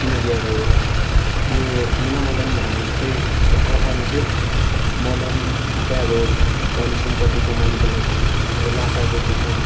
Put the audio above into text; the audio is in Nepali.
किनकि अब यो मुना मदन भन्नेमा चाहिँ कथामा चाहिँ मदन चाहिँ अब धन सम्पति कमाउनुको लागि अब ल्हासा गएको छ